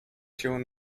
się